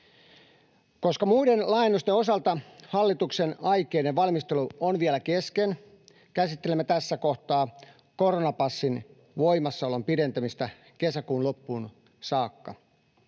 Koska muiden laajennusten osalta hallituksen aikeiden valmistelu on vielä kesken, käsittelemme tässä kohtaa koronapassin voimassaolon pidentämistä kesäkuun loppuun saakka